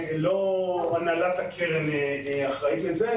הנהלת הקרן לא אחראית לזה.